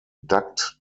duct